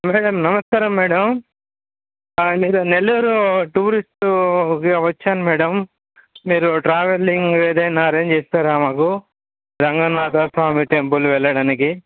madam గారు నమస్కారం madam మీరు నెల్లూరు టూరిస్టు వచ్చాను మేడం మీరు ట్రావెలింగ్ ఏదైనా అరేంజ్ చేస్తారా మాకు రంగనాథ స్వామి టెంపుల్ వెళ్ళడానికి